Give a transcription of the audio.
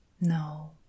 No